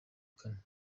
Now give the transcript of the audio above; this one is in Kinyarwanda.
kane